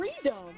freedom